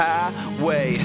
Highway